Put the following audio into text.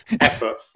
effort